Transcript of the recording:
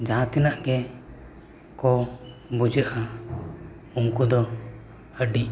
ᱡᱟᱦᱟᱸ ᱛᱤᱱᱟᱹᱜ ᱜᱮ ᱠᱚ ᱵᱩᱡᱷᱟᱹᱜᱼᱟ ᱩᱱᱠᱩ ᱫᱚ ᱟᱹᱰᱤ